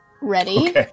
ready